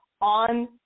on